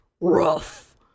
rough